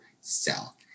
cell